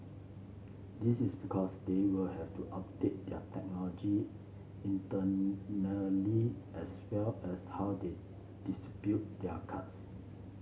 this is because they will have to update their technology internally as well as how they dispute their cars